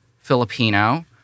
Filipino